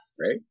right